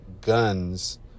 guns